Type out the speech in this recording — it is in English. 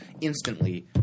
instantly